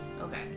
Okay